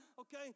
okay